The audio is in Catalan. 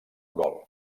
gol